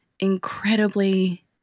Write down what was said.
incredibly